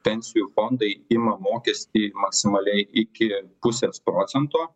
pensijų fondai ima mokestį maksimaliai iki pusės procento